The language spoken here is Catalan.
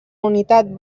unitat